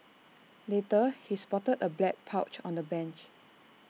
later he spotted A black pouch on the bench